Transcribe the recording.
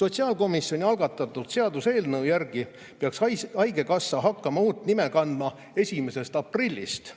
Sotsiaalkomisjoni algatatud seaduseelnõu järgi peaks haigekassa hakkama uut nime kandma 1. aprillist.